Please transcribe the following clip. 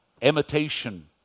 imitation